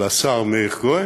לשר מאיר כהן,